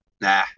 nah